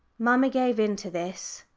mamma gave in to this.